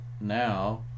now